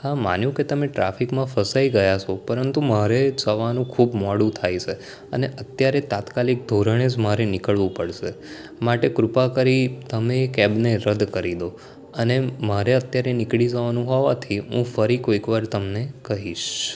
હા માન્યુ કે તમે ટ્રાફિકમાં ફસાઈ ગયા છો પરંતુ મારે જવાનું ખૂબ મોડું થાય છે અને અત્યારે તાત્કાલિક ધોરણે જ મારે નીકળવું પડશે માટે કૃપા કરી તમે એ કેબને રદ કરી દો અને મારે અત્યારે નીકળી જવાનું હોવાથી હું ફરી કોઈક વાર તમને કહીશ